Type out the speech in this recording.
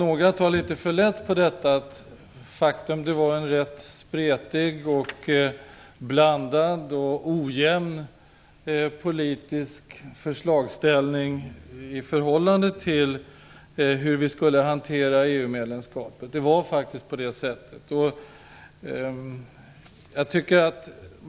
Några tar litet för lätt på att det var en rätt spretig, blandad och ojämn politisk förslagsställning i förhållande till hur vi borde hantera EU-medlemskapet. Det var faktiskt på det sättet.